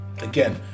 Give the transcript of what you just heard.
again